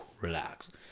relax